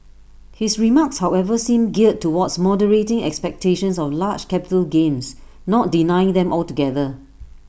his remarks however seem geared towards moderating expectations of large capital gains not denying them altogether